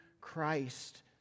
Christ